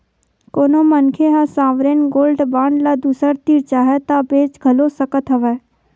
कोनो मनखे ह सॉवरेन गोल्ड बांड ल दूसर तीर चाहय ता बेंच घलो सकत हवय